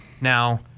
Now